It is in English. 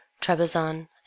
Trebizond